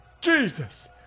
Jesus